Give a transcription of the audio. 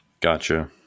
Gotcha